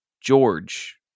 George